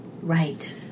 Right